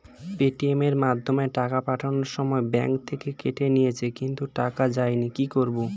Paytm এর মাধ্যমে টাকা পাঠানোর সময় ব্যাংক থেকে কেটে নিয়েছে কিন্তু টাকা যায়নি কি করব?